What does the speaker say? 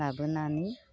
लाबोनानै